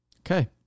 Okay